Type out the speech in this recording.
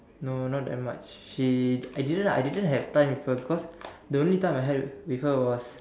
no not that much she I didn't I didn't have time with her cause the only time I had with her was